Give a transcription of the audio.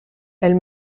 elle